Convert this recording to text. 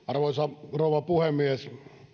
arvoisa rouva puhemies